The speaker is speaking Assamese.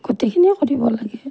গোটেইখিনিও কৰিব লাগে